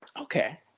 Okay